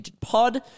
pod